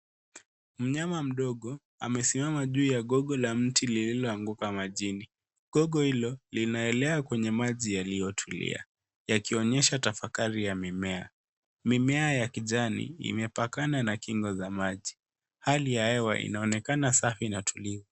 Mnyama mdogo amesimama juu ya gogo la mti lililo anguka majini, gogo hilo linaelea kwenye maji yaliyotulia yakionyesha tafakari ya mimea. Mimea ya kijani imepakana na kingo za maji. Hali ya hewa inaonekana sai na tulivu.